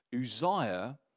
Uzziah